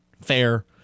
fair